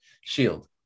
SHIELD